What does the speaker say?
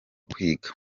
kwiga